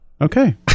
Okay